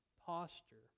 posture